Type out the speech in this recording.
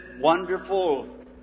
wonderful